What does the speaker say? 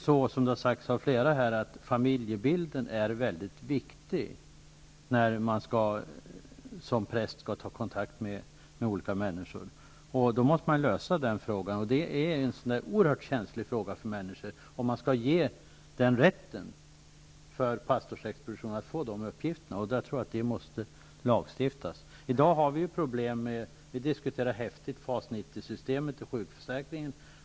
Flera har här påpekat att familjebilden är väldigt viktig när man som präst skall ta kontakt med olika människor. Då måste man lösa denna fråga. Det är en oerhört känslig fråga för människor om man skall ge pastorsexpeditionen rätten att få dessa uppgifter. Jag tror vi måste lagstifta om detta. I dag har vi ju problem med detta. Vi diskuterar häftigt FAS90-systemet och sjukförsäkringen.